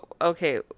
Okay